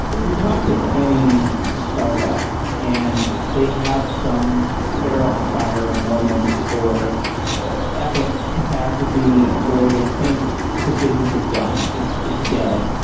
you talk to any startup and they have some hair on fire moment or epic catastrophe where they think the business is done. it's it's dead.